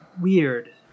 weird